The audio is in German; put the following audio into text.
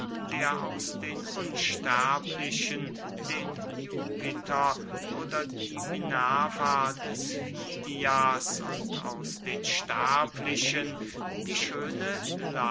der aus den unsterblichen den jupiter oder die minerva des fidias und aus den sterblichen die schöne